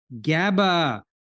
GABA